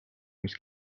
mis